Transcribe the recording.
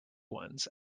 ones